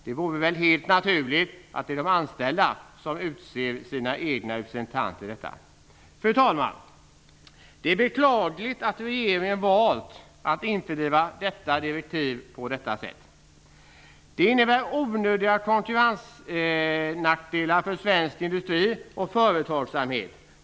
Det vore naturligt att de anställda utsåg sina egna representanter. Fru talman! Det är beklagligt att regeringen har valt att införliva detta direktiv på det här sättet. Det innebär onödiga konkurrensnackdelar för svensk industri och företagsamhet.